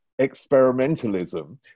experimentalism